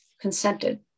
consented